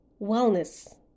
wellness